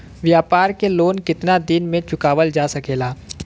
व्यापार के लोन कितना दिन मे चुकावल जा सकेला?